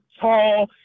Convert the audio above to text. tall